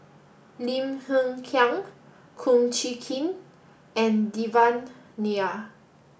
Lim Hng Kiang Kum Chee Kin and Devan Nair